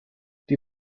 die